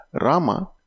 Rama